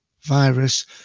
virus